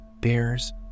bears